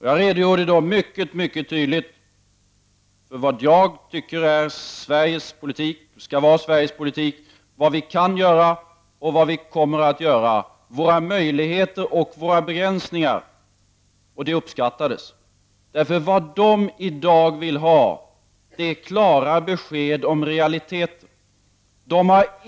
Jag redogjorde då mycket tydligt för vad jag tycker är Sveriges politik och skall vara Sveriges politik, för vad vi kan göra och vad vi kommer att göra, för våra möjligheter och våra begränsningar, och det uppskattades. Vad man där i dag vill ha är klara besked om realiteter.